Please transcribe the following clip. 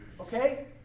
Okay